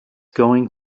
going